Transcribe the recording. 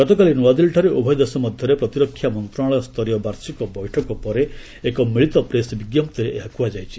ଗତକାଲି ନୂଆଦିଲ୍ଲୀଠାରେ ଉଭୟ ଦେଶ ମଧ୍ୟରେ ପ୍ରତିରକ୍ଷା ମନ୍ତ୍ରଣାଳୟ ସ୍ତରୀୟ ବାର୍ଷିକ ବୈଠକ ପରେ ଏକ ମିଳିତ ପ୍ରେସ୍ ବିଜ୍ଞପ୍ତିରେ ଏହା କୁହାଯାଇଛି